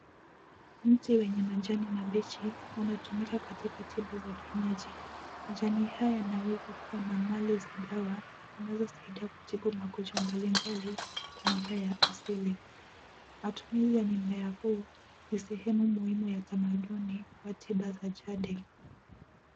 Mti wenye majani mabichi unatumika katika tiba za kienyeji. Majani haya yanaweza kuwa na mali za dawa, zinazosaidia kutibu magonjwa mbalimbali kwa njia ya asili. Matumizi ya mimea huu ni sehemu muhimu ya tamaduni Kwa tiba za jadi.